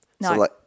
No